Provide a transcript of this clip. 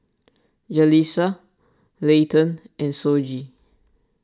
Jalisa Leighton and Shoji